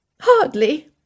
Hardly